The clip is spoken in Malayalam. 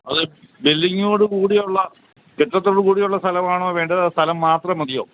അത് ബിൽഡിങ്ങോടുകൂടിയുള്ള കെട്ടിടത്തോടുകൂടിയുള്ള സ്ഥലമാണോ വേണ്ടത് അതോ സ്ഥലം മാത്രം മതിയോ